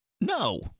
No